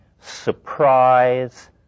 surprise